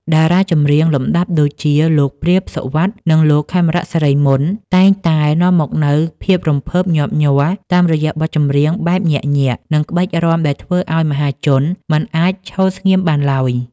តារាចម្រៀងលំដាប់ដូចជា លោក ព្រាប សុវត្ថិ និងលោក ខេមរៈ សិរីមន្ត តែងតែនាំមកនូវភាពរំភើបញាប់ញ័រតាមរយៈបទចម្រៀងបែបញាក់ៗ និងក្បាច់រាំដែលធ្វើឱ្យមហាជនមិនអាចឈរស្ងៀមបានឡើយ។